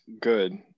good